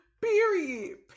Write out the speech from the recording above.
Period